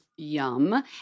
Yum